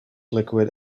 liquid